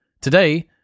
Today